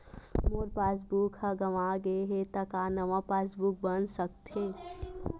मोर passbook ह गंवा गे हे त का नवा पास बुक बन सकथे?